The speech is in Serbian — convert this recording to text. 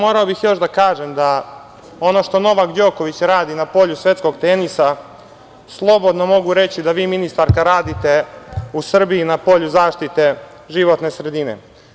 Morao bih još da kažem da ono što Novak Đoković radi na polju svetskog tenisa, slobodno mogu reći da vi, ministarka, radite u Srbiji na polju zaštite životne sredine.